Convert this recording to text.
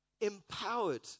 empowered